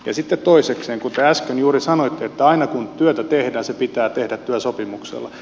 sitten toisekseen kun te äsken juuri sanoitte että aina kun työtä tehdään se pitää tehdä työsopimuksella